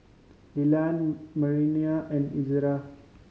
Dillan Manervia and Ezra